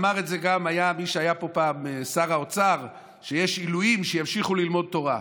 אמר את זה גם מי שהיה פה פעם שר האוצר: יש עילויים שימשיכו ללמוד תורה.